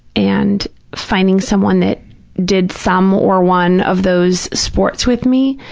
and finding someone that did some or one of those sports with me.